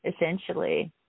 essentially